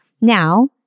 Now